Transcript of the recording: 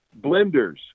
blenders